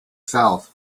south